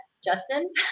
Justin